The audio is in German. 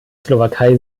slowakei